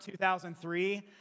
2003